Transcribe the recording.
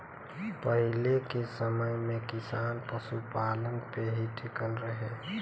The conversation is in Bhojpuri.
पहिले के समय में किसान पशुपालन पे ही टिकल रहे